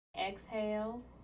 Exhale